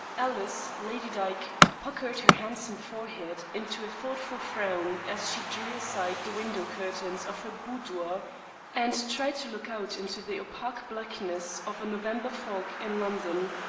alice, lady dyke, puckered her handsome forehead into a thoughtful frown as she drew aside the window-curtains of her boudoir and tried to look out into the opaque blackness of a november fog in london.